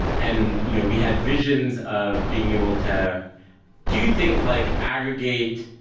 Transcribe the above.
and you know we had visions of being able to do things like aggregate,